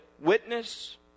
witness